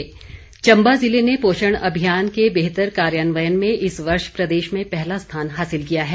पोषण अभियान चम्बा जिले ने पोषण अभियान के बेहतर कार्यान्वयन में इस वर्ष प्रदेश में पहला स्थान हासिल किया है